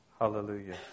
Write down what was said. Hallelujah